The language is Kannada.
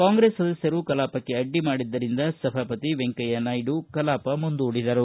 ಕಾಂಗ್ರೆಸ್ ಸದಸ್ಯರು ಕಲಾಪಕ್ಕೆ ಅಡ್ಡಿ ಮಾಡಿದ್ದರಿಂದ ಸಭಾಪತಿ ವೆಂಕಯ್ಥನಾಯ್ಡು ಕಲಾಪ ಮುಂದೂಡಿದರು